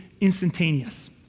instantaneous